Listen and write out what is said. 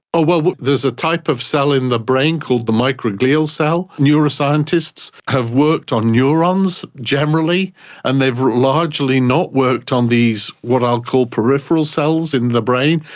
ah well, there's a type of cell in the brain called the microglial cell. neuroscientists have worked on neurons generally and they've largely not worked on these what i'll call peripheral cells in the brain,